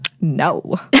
no